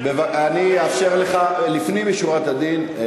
אני אאפשר לך, לפנים משורת הדין.